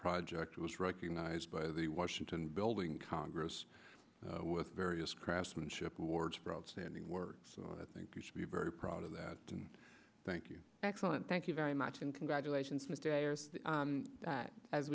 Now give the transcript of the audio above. project was recognized by the washington building congress with various craftsmanship awards for outstanding work so i think you should be very proud of that and thank you excellent thank you very much and congratulations